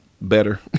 better